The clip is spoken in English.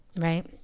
Right